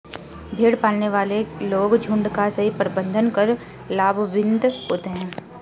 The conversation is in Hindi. भेड़ पालने वाले लोग झुंड का सही प्रबंधन कर लाभान्वित होते हैं